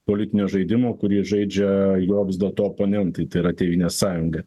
politinio žaidimo kurį žaidžia jo vis dėlto oponentai tai yra tėvynės sąjunga